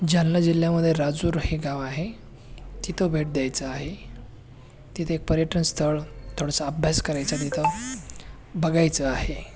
जालना जिल्ह्यामध्ये राजूर हे गाव आहे तिथं भेट द्यायचं आहे तिथे एक पर्यटनस्थळ थोडासा अभ्यास करायचं आहे तिथं बघायचं आहे